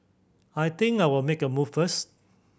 I think I'll make a move first